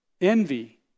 envy